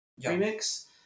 remix